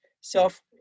self